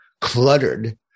cluttered